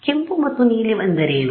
ಕೆಂಪು ಮತ್ತು ನೀಲಿ ಎಂದರೇನು